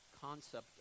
concept